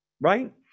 right